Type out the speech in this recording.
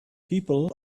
people